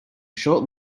short